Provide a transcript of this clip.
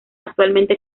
actualmente